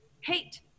hate